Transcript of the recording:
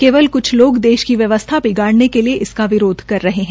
केवल कृछ लोग देश की व्यवस्था बिगाडऩे के लिए इसका विरोध कर रहे हैं